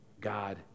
God